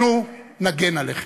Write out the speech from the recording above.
אנחנו נגן עליכם.